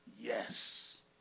yes